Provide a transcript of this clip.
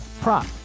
prop